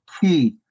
key